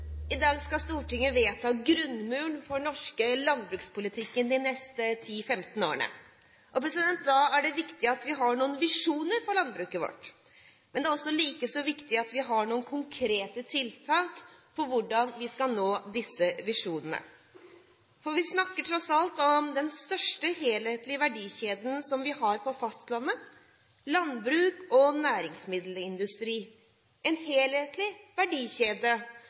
I dag skal Stortinget vedta grunnmuren for den norske landbrukspolitikken de neste 10–15 årene. Da er det viktig at vi har noen visjoner for landbruket vårt. Det er likeså viktig at vi har noen konkrete tiltak for hvordan vi skal nå disse visjonene. Vi snakker tross alt om den største helhetlige verdikjeden vi har på fastlandet – landbruk og næringsmiddelindustri. Det er en helhetlig verdikjede